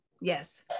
Yes